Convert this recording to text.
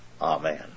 amen